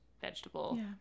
vegetable